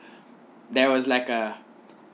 there was like a